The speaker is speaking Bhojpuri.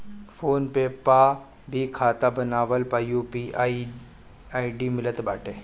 फ़ोन पे पअ भी खाता बनवला पअ यू.पी.आई आई.डी मिलत बाटे